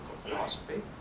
philosophy